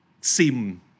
Sim